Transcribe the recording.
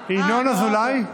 אזולאי,